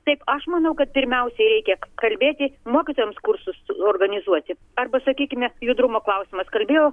taip aš manau kad pirmiausiai reikia kalbėti mokytojams kursus organizuoti arba sakykime judrumo klausimas kalbėjo